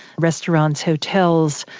restaurants, hotels,